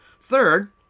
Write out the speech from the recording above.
third